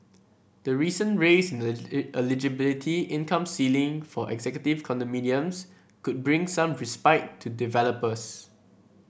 the recent raise in eligibility income ceiling for executive condominiums could bring some respite to developers